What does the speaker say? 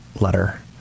letter